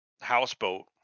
houseboat